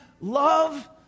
love